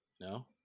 No